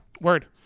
Word